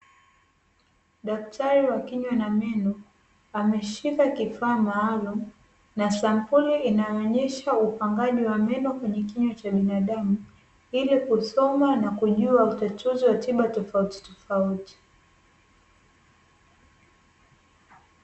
Daktari wa kinywa na meno ameshika kifaa maalumu na sampuli inayoonyesha upangaji wa meno kwenye kinywa cha binadamu, ili kusoma na kujua utatuzi wa tiba tofauti tofauti.